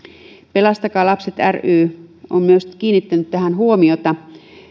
pelastakaa lapset ry on myös kiinnittänyt tähän huomiota